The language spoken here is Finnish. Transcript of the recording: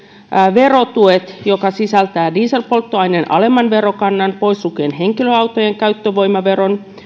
verotuet jotka sisältävät dieselpolttoaineen alemman verokannan pois lukien henkilöautojen käyttövoimaveron